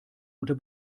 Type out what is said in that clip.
unter